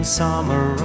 summer